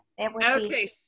okay